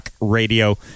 Radio